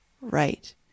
right